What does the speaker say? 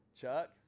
Chuck